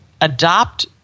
adopt